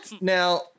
Now